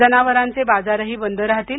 जनावरांचे बाजारही बंद राहतील